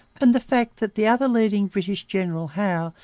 and the fact that the other leading british general, howe,